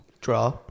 Draw